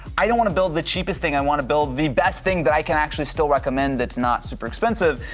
i don't wanna build the cheapest thing i wanna build the best thing that i can actually still recommend that's not super expensive,